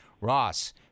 Ross